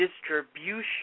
distribution